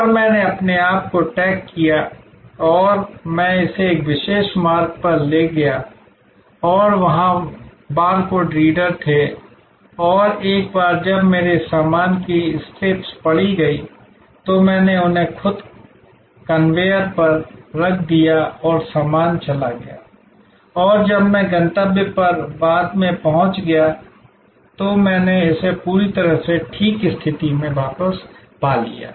और मैंने अपने आप को टैग किया और मैं इसे एक विशेष मार्ग पर ले गया और वहाँ बारकोड रीडर थे और एक बार जब मेरे सामान की स्ट्रिप्स पढ़ी गईं तो मैंने उन्हें खुद कन्वेयर पर रख दिया और सामान चला गया और जब मैं अपने गंतव्य पर बाद में पहुंच गया तो मैंने इसे पूरी तरह से ठीक स्थिति में वापस पा लिया